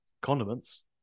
Condiments